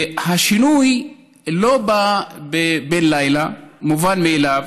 השינוי לא בא בן לילה, מובן מאליו,